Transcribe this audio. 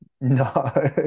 No